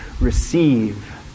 receive